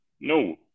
No